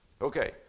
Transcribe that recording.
Okay